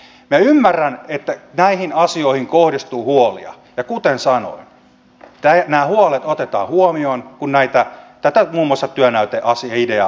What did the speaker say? minä ymmärrän että näihin asioihin kohdistuu huolia ja kuten sanoin nämä huolet otetaan huomioon kun muun muassa tätä työnäyteideaa viedään eteenpäin